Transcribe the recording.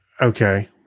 Okay